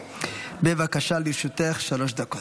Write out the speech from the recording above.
בבקשה, לרשותך שלוש דקות.